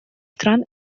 стран